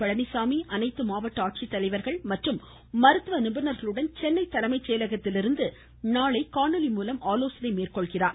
பழனிசாமி அனைத்து மாவட்ட ஆட்சித்தலைவர்கள் மற்றும் மருத்துவ நிபுணர்களுடன் சென்னை தலைமை செயலகத்திலிருந்து நாளை காணொலி மூலம் ஆலோசனை மேற்கொள்கிறார்